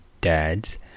dads